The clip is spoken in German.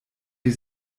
wie